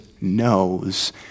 knows